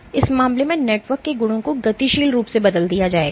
तो इस मामले में नेटवर्क के गुणों को गतिशील रूप से बदल दिया जाएगा